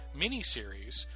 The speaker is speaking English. miniseries